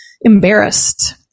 embarrassed